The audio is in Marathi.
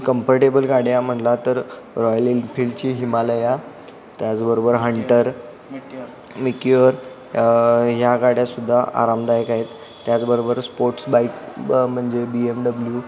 कम्फर्टेबल गाड्या म्हणला तर रॉयल एनफिल्डची हिमालया त्याचबरोबर हंटर मिटिऑर मिक्युअर ह्या गाड्यासुद्धा आरामदायक आहेत त्याचबरोबर स्पोर्ट्स बाईक म्हणजे बी एम डब्ल्यू